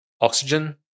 oxygen